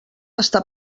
està